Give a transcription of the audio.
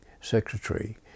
secretary